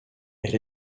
elle